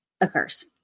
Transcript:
occurs